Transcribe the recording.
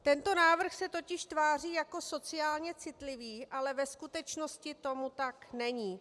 Tento návrh se totiž tváří jako sociálně citlivý, ale ve skutečnosti tomu tak není.